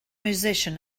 musician